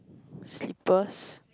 slippers